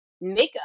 makeup